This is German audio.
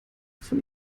von